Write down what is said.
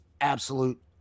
absolute